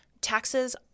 Taxes